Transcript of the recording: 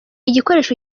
igikoresho